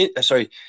sorry